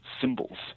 symbols